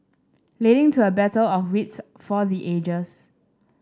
leading to a battle of wits for the ages